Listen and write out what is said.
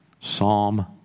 Psalm